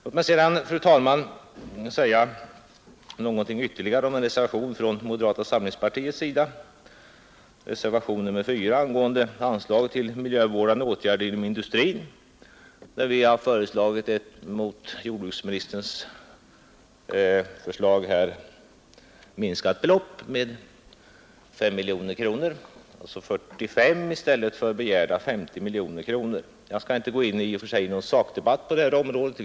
Låt mig sedan, fru talman, säga någonting ytterligare om reservationen 4 från moderata samlingspartiet angående anslag till miljövårdande åtgärder inom industrier. Vi har föreslagit ett i jämförelse med jordbruksministerns förslag med 5 miljoner kronor minskat belopp — alltså 45 miljoner i stället för begärda 50 miljoner kronor. Jag skall inte gå in i någon sakdebatt på det här området.